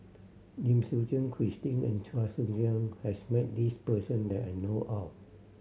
Lim Suchen Christine and Chua Joon Siang has met this person that I know of